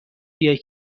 بیای